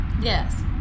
Yes